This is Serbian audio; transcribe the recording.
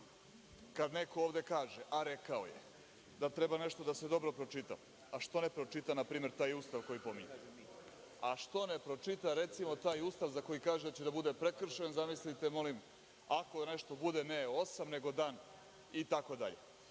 kada neko ovde kaže, a rekao je, da treba nešto da se dobro pročita, što ne pročita naprimer taj Ustav koji pominje, a što ne pročita recimo taj Ustav za koji kaže da će da bude prekršen, zamislite molim, ako nešto bude ne osam nego dan itd. Da